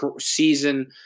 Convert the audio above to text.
season